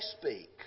speak